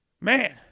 Man